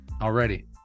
already